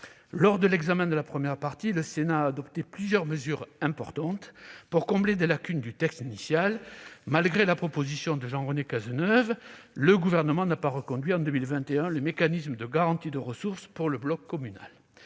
présent projet de loi de finances, le Sénat a adopté plusieurs mesures importantes afin de combler des lacunes du texte initial. Malgré la proposition de Jean-René Cazeneuve, le Gouvernement n'a pas reconduit en 2021 le mécanisme de garantie des ressources pour le bloc communal.